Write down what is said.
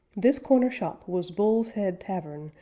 this corner-shop was bull's head tavern,